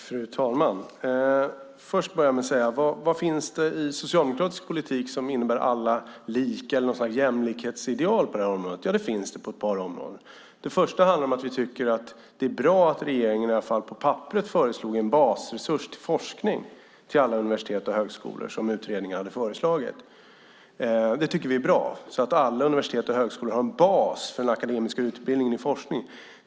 Fru talman! Vad finns det i socialdemokratisk politik som innebär alla lika eller något sådant jämlikhetsideal på det här området? Det finns det på ett par områden. Det första handlar om att vi tycker att det var bra att regeringen i alla fall på papperet föreslog en basresurs till forskning på alla universitet och högskolor, som utredningen hade föreslagit. Det tycker vi är bra, så att alla universitet och högskolor har en bas för den akademiska utbildningen och forskningen.